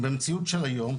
נכון ובמציאות של היום,